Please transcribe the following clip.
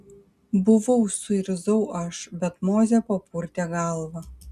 buvau suirzau aš bet mozė papurtė galvą